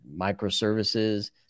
microservices